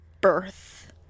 birth